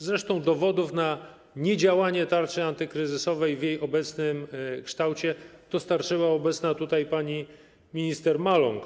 Zresztą dowodów na niedziałanie tarczy antykryzysowej w jej obecnym kształcie dostarczyła obecna tutaj pani minister Maląg.